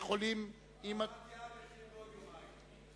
החוק נתקבל על-פי הצעת הוועדה.